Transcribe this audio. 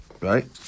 right